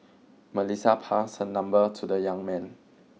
Melissa passed her number to the young man